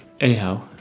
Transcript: anyhow